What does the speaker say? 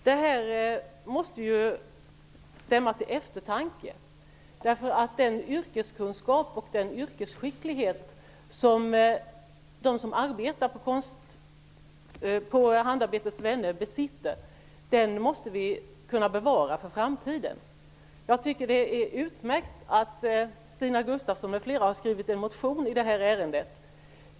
Det måste stämma till eftertanke. Vi måste kunna bevara den yrkeskunskap och den yrkesskicklighet som de som arbetar på Handarbetets vänner besitter för framtiden. Det är utmärkt att Stina Gustavsson m.fl. har skrivit en motion i detta ärende.